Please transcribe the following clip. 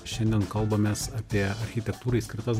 šiandien kalbamės apie architektūrai skirtas